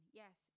yes